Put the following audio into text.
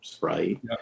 Right